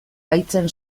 baitzen